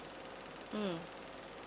mm